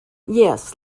yes